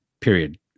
period